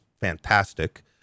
fantastic